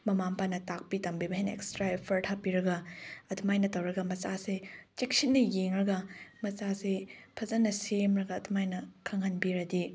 ꯃꯃꯥ ꯃꯄꯥꯅ ꯇꯥꯛꯄꯤ ꯇꯝꯕꯤꯕ ꯍꯦꯟꯅ ꯑꯦꯛꯁꯇ꯭ꯔꯥ ꯑꯦꯐꯔꯠ ꯍꯥꯞꯄꯤꯔꯒ ꯑꯗꯨꯃꯥꯏꯅ ꯇꯧꯔꯒ ꯃꯆꯥꯁꯦ ꯆꯦꯛꯁꯤꯟꯅ ꯌꯦꯡꯉꯒ ꯃꯆꯥꯁꯦ ꯐꯖꯅ ꯁꯦꯝꯃꯒ ꯑꯗꯨꯃꯥꯏꯅ ꯈꯪꯍꯟꯕꯤꯔꯗꯤ